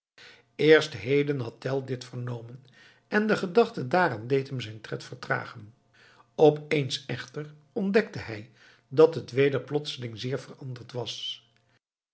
eerst heden had tell dit vernomen en de gedachte daaraan deed hem zijn tred vertragen opeens echter ontdekte hij dat het weder plotseling zeer veranderd was